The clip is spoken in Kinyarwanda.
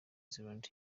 zealand